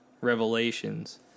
Revelations